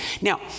Now